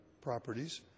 properties